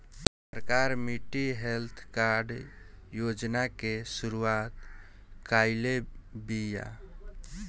सरकार मिट्टी health card योजना के शुरूआत काइले बिआ